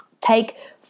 Take